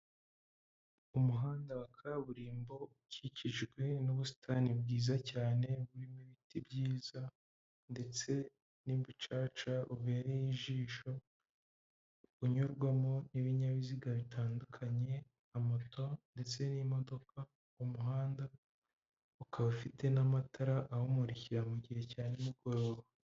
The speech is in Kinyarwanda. Umuhanda wa kaburimbo ukikijwe n'ubusitani bwiza cyane, burimo ibiti byiza ndetse n'imicaca ubereye ijisho, unyurwamo n'ibinyabiziga bitandukanye na moto ndetse n'imodoka mu muhanda ukaba ufite n'amatara ahumurikira mu gihe cya nimugoroba.